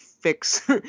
fix